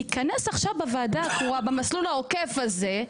תיכנס עכשיו בוועדה הקרואה במסלול העוקף הזה.